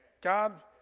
God